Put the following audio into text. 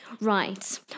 Right